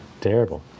terrible